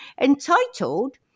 entitled